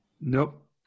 Nope